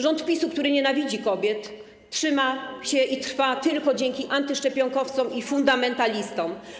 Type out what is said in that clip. Rząd PiS-u, który nienawidzi kobiet, trzyma się i trwa tylko dzięki antyszczepionkowcom i fundamentalistom.